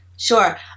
Sure